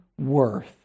worth